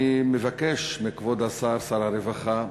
אני מבקש מכבוד השר, שר הרווחה,